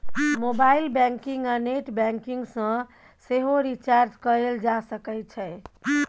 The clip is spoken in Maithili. मोबाइल बैंकिंग आ नेट बैंकिंग सँ सेहो रिचार्ज कएल जा सकै छै